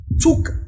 took